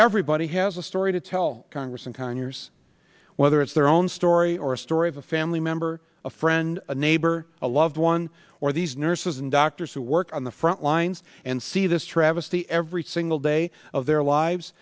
everybody has a story to tell congress and conyers whether it's their own story or a story of a family member a friend a neighbor a loved one or these nurses and doctors who work on the front lines and see this travesty every single day of their lives